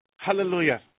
Hallelujah